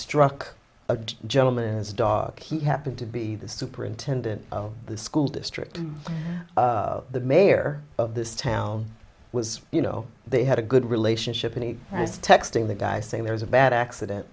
struck a gentleman and his dog he happened to be the superintendent of the school district the mayor of this town was you know they had a good relationship and he was texting the guy saying there's a bad accident